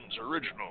original